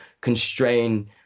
constrain